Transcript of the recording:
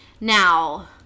Now